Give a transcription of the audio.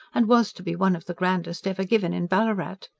and was to be one of the grandest ever given in ballarat.